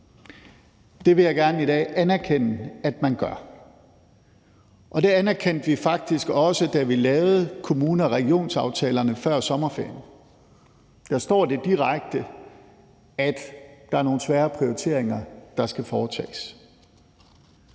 Det vil jeg i dag gerne anerkende at man gør, og det anerkendte vi faktisk også, da vi lavede kommune- og regionsaftalerne før sommerferien. Der står det direkte, at der er nogle svære prioriteringer, der skal foretages.